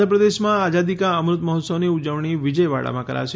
આંધ્રપ્રદેશમાં આઝાદી કા અમૃત મહોત્સવની ઉજવણી વિજયવાડામાં કરાશે